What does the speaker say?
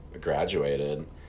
graduated